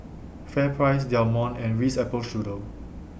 FairPrice Del Monte and Ritz Apple Strudel